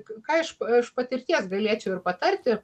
ką iš iš patirties galėčiau ir patarti